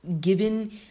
given